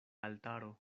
altaro